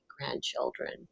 grandchildren